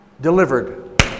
Delivered